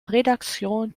rédaction